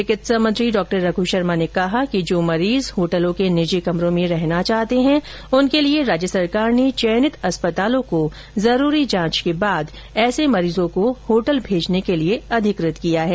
चिकित्सा मंत्री डॉ रघु शर्मा ने कहा कि जो मरीज होटलों के निजी कमरों में रहना चाहते हैं उनके लिए राज्य सरकार ने चयनित अस्पतालों को जरूरी जांच के बाद ऐसे मरीजों को होटल भेजने के लिए अधिकृत किया है